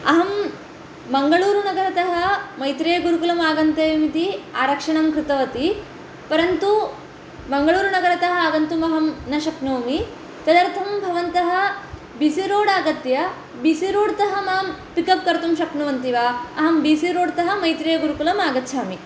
अहं मङ्गलूरुनगरतः मैत्रेयीगुरुकुलमागन्तव्यमिति आरक्षणं कृतवती परन्तु मङ्गलूरुनगरतः आगन्तुम् अहं न शक्नोमि तदर्थं भवन्तः बिसि रोड् आगत्य बिसि रोडतः मां पिक् अप् कर्तुं शक्नुवन्ति वा अहं बिसि रोडतः मैत्रेयीगुरुकुलम् आगच्छामि